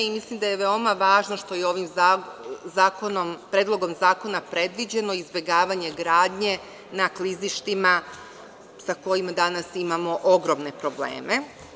Mislim da je veoma važno što je Predlogom zakona predviđeno izbegavanje gradnje na klizištima sa kojima danas imamo ogromne probleme.